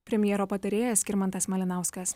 premjero patarėjas skirmantas malinauskas